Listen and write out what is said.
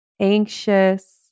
anxious